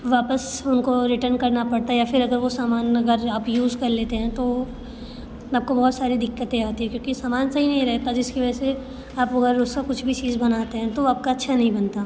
वापस उनको रिटर्न करना पड़ता है या फिर अगर वो सामान अगर आप यूज़ कर लेते हैं तो आप को बहुत सारे दिक्कतें आती हैं क्योंकि सामान सही नहीं रहता जिसकी वजह से आप अगर उसका कुछ भी चीज़ बनाते हैं तो आपका अच्छा नहीं बनता